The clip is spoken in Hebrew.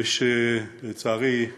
לצערי,